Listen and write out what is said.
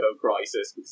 crisis